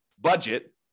budget